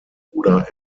bruder